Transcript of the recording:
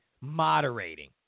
moderating